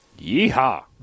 Yeehaw